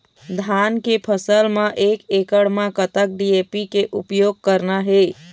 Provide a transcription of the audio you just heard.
धान के फसल म एक एकड़ म कतक डी.ए.पी के उपयोग करना हे?